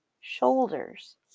shoulders